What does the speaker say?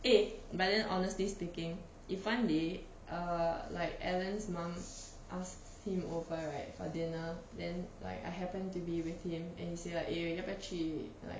eh but then honestly speaking if one day err like alan's mum ask him over right for dinner then like I happen to be with him and he say like eh 要不要去 like